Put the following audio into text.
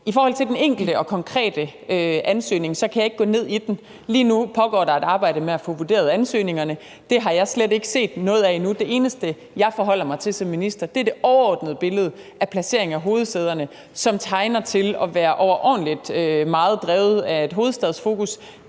I forhold til den enkelte og konkrete ansøgning kan jeg ikke gå ned i den. Lige nu pågår der et arbejde med at få vurderet ansøgningerne. Det har jeg slet ikke set noget af endnu. Det eneste, jeg forholder mig til som minister, er det overordnede billede af placering af hovedsæderne, som tegner til at være overordentlig meget drevet af et hovedstadsfokus.